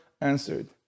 answered